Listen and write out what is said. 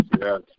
yes